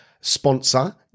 sponsor